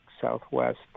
Southwest